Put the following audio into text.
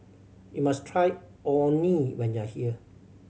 you must try Orh Nee when you are here